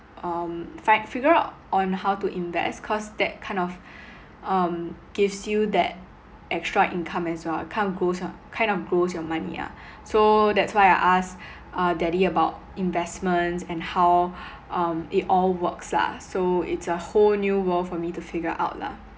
um fi~ figure out on how to invest cause that kind of um gives you that extra income as well kind of grows ah kind of grows your money ah so that's why I ask uh daddy about investments and how um it all works lah so it's a whole new world for me to figure out lah